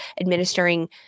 administering